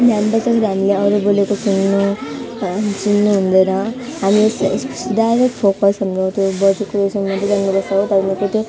ध्यान बस्दाखेरि हामीले अरू बोलेको सुन्नु सुन्नु हुँदैन हामीले चाहिँ डाइरेक्ट फोकस हाम्रो त्यो बजेको साउन्डमा दिइरहनु पर्छ